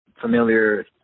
familiar